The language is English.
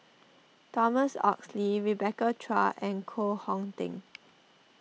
Thomas Oxley Rebecca Chua and Koh Hong Teng